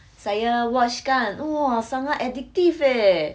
saya watch kan !whoa! sangat addictive eh